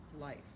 life